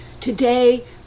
Today